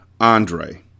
Andre